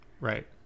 Right